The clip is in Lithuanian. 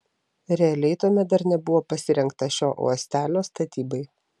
realiai tuomet dar nebuvo pasirengta šio uostelio statybai